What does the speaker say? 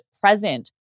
present